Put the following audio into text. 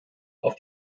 auf